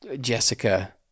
jessica